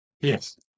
Yes